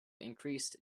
increased